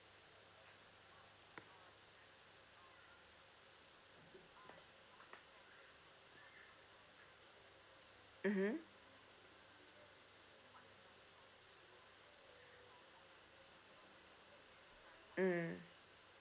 mmhmm mm